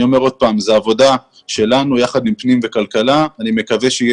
אני אומר שוב שזו עבודה שלנו יחד עם פנים וכלכלה ואני מקווה שיהיה